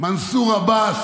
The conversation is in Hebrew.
מנסור עבאס,